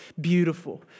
beautiful